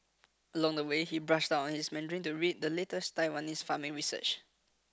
along the way he brushed up on his Mandarin to read the latest Taiwanese farming research